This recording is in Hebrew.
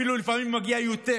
ולפעמים זה אפילו מגיע ליותר.